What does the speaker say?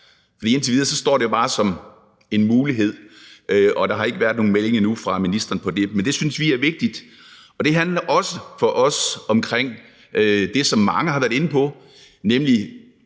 For indtil videre står det jo bare som en mulighed, og der har ikke været nogen melding endnu fra ministeren om det, men det synes vi er vigtigt. Det handler også for os om det, som mange har været inde på, nemlig